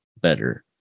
better